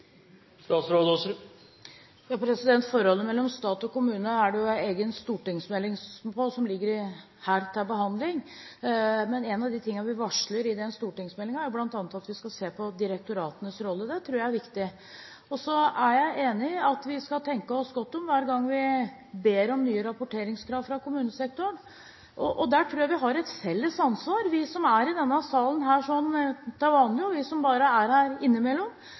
Forholdet mellom stat og kommune er det jo en egen stortingsmelding om, som ligger her til behandling, og en av de tingene vi varsler i den stortingsmeldingen, er at vi skal se på direktoratenes rolle. Det tror jeg er viktig. Jeg er enig i at vi skal tenke oss godt om hver gang vi ber om nye rapporteringskrav fra kommunesektoren. Der tror jeg vi har et felles ansvar – de som er i denne salen til vanlig, og vi som bare er her innimellom